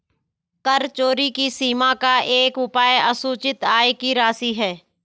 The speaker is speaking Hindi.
कर चोरी की सीमा का एक उपाय असूचित आय की राशि है